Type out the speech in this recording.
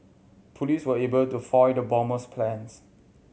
police were able to foil the bomber's plans